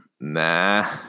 Nah